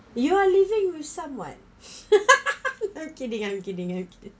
you are living with someone I'm kidding I'm kidding okay